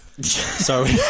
Sorry